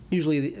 Usually